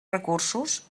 recursos